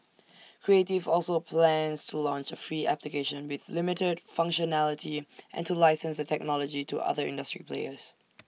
creative also plans to launch A free application with limited functionality and to license the technology to other industry players